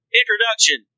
introduction